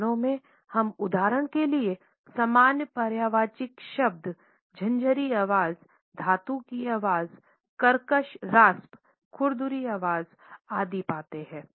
भाषाओं में हम उदाहरण के लिए समान पर्यायवाची शब्द झंझरी आवाज़ धातु की आवाज़ कर्कश रास्प खुरदरी आवाज़ आदि पाते हैं